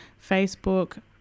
Facebook